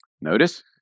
Notice